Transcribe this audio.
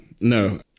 no